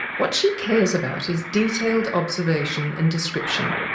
what she cares about is detailed observation and description.